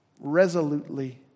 resolutely